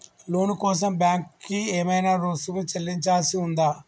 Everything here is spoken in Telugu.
లోను కోసం బ్యాంక్ కి ఏమైనా రుసుము చెల్లించాల్సి ఉందా?